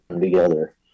together